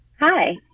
Hi